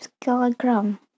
kilogram